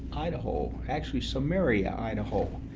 idaho, actually samaria, idaho.